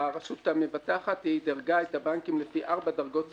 הרשות המבטחת דירגה את הבנקים לפי ארבע דרגות סיכון.